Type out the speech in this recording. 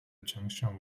junction